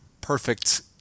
perfect